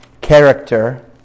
Character